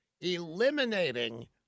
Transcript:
eliminating